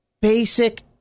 Basic